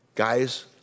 Guys